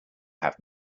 have